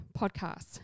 podcasts